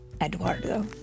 Eduardo